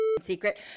secret